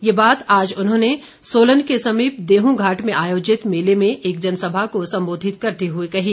ये बात आज उन्होंने सोलन के समीप देहूंघाट में आयोजित मेले में जनसभा को संबोधित करते हुए कही